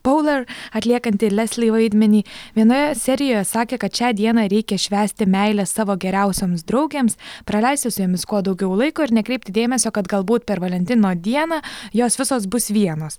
pouler atliekanti lesli vaidmenį vienoje serijoje sakė kad šią dieną reikia švęsti meilę savo geriausioms draugėms praleisti su jomis kuo daugiau laiko ir nekreipti dėmesio kad galbūt per valentino dieną jos visos bus vienos